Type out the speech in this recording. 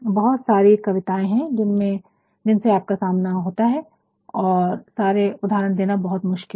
बहुत सारी कवितायेँ है जिनसे आपका सामना होता है और सारे उदाहरण देना बहुत मुश्किल है